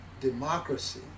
democracy